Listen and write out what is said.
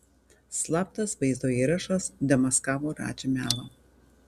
slaptas vaizdo įrašas demaskavo radži melą